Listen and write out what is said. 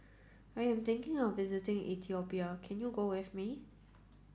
I am thinking of visiting Ethiopia can you go with me